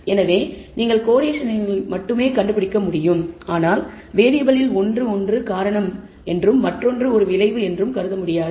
எனவே நீங்கள் கோரிலேஷன்களை மட்டுமே கண்டுபிடிக்க முடியும் ஆனால் வேறியபிளில் ஒன்று ஒரு காரணம் என்றும் மற்றொன்று ஒரு விளைவு என்றும் கருத முடியாது